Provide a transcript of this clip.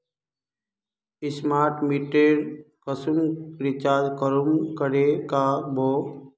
Smart मीटरेर कुंसम recharge कुंसम करे का बो?